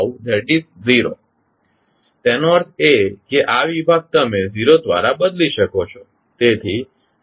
તેનો અર્થ એ કે આ વિભાગ તમે 0 દ્વારા બદલી શકો છો